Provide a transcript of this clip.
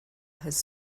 has